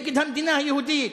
נגד המדינה היהודית,